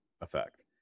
effect